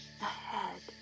ahead